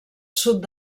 sud